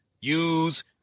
use